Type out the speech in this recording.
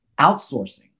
Outsourcing